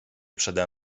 przede